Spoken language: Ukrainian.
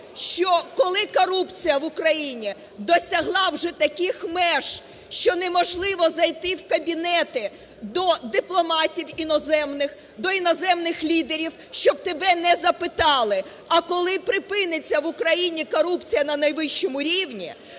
що, коли корупція в Україні досягла вже таких меж, що неможливо зайти в кабінети до дипломатів іноземних, до іноземних лідерів, щоб тебе не запитали, а коли припиниться в Україні корупція на найвищому рівні,